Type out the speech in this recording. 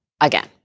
again